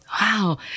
Wow